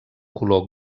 color